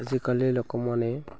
ଆଜିକାଲି ଲୋକମାନେ